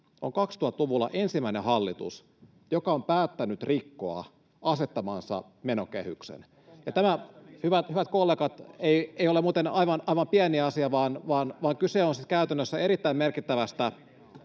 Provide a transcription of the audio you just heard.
on 2000-luvulla ensimmäinen hallitus, joka on päättänyt rikkoa asettamansa menokehyksen, [Joonas Köntän välihuuto] ja tämä, hyvät kollegat, ei ole muuten aivan pieni asia, vaan kyse on siis käytännössä erittäin merkittävästä